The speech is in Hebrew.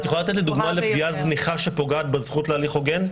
את יכולה לתת לי דוגמה לפגיעה זניחה שפוגעת בזכות להליך הוגן?